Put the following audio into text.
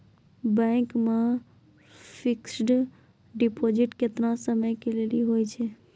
Bank मे fixed deposit केतना समय के लेली होय छै?